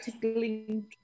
tickling